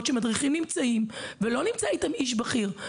שמדריכים נמצאים ולא נמצא איתם איש בכיר.